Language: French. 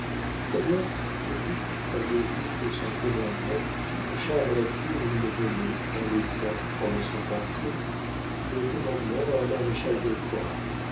d'ailleurs le duc avait outre son commandement une charge à la cour où il venait en laissant pendant son quartier le commandement à un maréchal-de-camp le